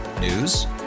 News